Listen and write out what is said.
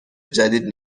جدید